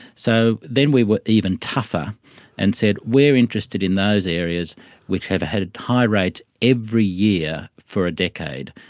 so then we were even tougher and said we are interested in those areas which have had high rates every year for a decade,